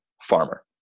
farmer